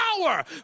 power